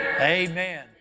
Amen